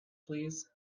please